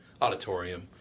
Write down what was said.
auditorium